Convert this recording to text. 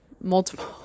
multiple